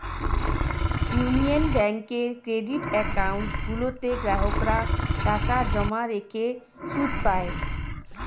union ব্যাঙ্কের credit account গুলোতে গ্রাহকরা টাকা জমা রেখে সুদ পায়